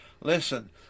Listen